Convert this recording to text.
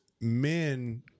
men